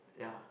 yeah